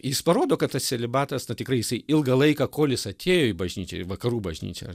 jis parodo kad tas celibatas na tikrai jisai ilgą laiką kol jis atėjo į bažnyčią į vakarų bažnyčią